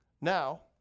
Now